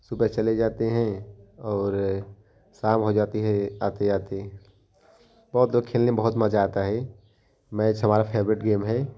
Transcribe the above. सुबह चले जाते हैं और शाम हो जाती है आते आते बहुत लोग खेलने बहुत मज़ा आता है मैच हमारा फेवरेट गेम है